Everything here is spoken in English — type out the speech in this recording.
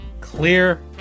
clear